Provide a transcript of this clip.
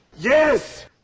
Yes